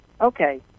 Okay